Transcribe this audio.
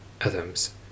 atoms